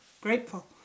grateful